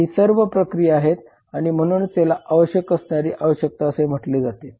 तर ही सर्व प्रक्रिया आहेत आणि म्हणून याला आवश्यक असणारी आवश्यकता असे म्हटले जाते